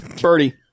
Birdie